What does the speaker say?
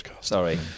Sorry